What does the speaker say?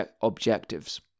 objectives